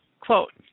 quote